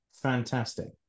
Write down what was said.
fantastic